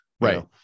Right